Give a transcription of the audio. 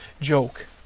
joke